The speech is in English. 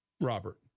Robert